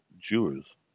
Jews